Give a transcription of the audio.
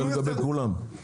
זה לכולם.